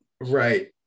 Right